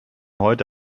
heute